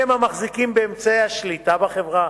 מי הם המחזיקים באמצעי השליטה בחברה,